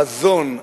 החזון,